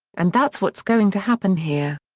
and that's what's going to happen here.